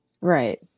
right